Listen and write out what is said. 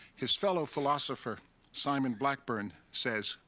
his fellow philosopher simon blackburn says,